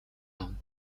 авна